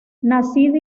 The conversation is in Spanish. nacida